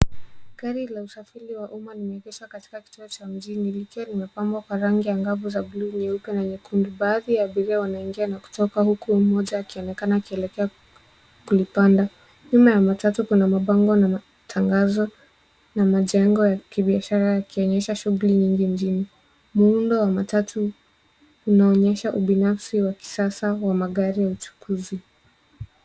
Gari la usafiri wa umma limeegeshwa katika kituo cha mjini likiwa limepambwa kwa rangi angavu za blue ,nyeupe na nyekundu. Baadhi ya abiria wanaingia na kutoka huku mmoja akionekana akielekea kulipanda. Nyuma ya matatu kuna mabango na matangazo na majengo ya kibiashara yakionyesha shughuli nyingi mjini. Muundo wa matatu unaonyesha ubinafsi wa kisasa wa magari ya uchukuzi.